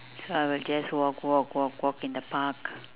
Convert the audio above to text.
so I will just walk walk walk walk in the park